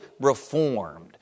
Reformed